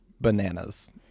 bananas